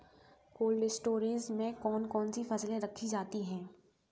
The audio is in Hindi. कोल्ड स्टोरेज में कौन कौन सी फसलें रखी जाती हैं?